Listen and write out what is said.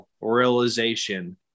realization